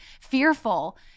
fearful